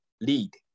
lead